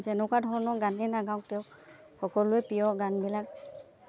যেনেকুৱা ধৰণৰ গানেই নাগাৱক তেওঁক সকলোৱে প্ৰিয় গানবিলাক